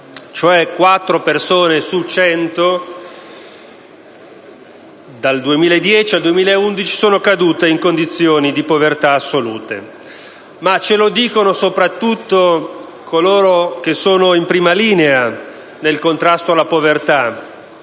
cioè 4 persone su 100, dal 2010 al 2011, sono cadute in condizioni di povertà assoluta. Ma ce lo dicono soprattutto coloro che sono in prima linea nel contrasto alla povertà: